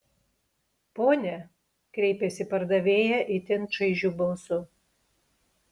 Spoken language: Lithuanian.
pone kreipėsi pardavėja itin šaižiu balsu